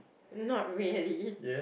not really